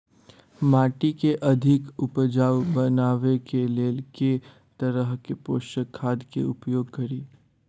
माटि केँ अधिक उपजाउ बनाबय केँ लेल केँ तरहक पोसक खाद केँ उपयोग करि?